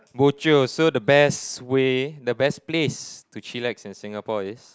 bo jio so the best way the best place to chillax in Singapore is